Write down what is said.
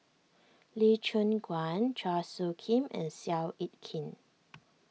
Lee Choon Guan Chua Soo Khim and Seow Yit Kin